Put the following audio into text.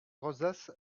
rosace